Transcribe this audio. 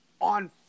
on